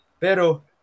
Pero